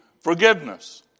forgiveness